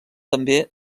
també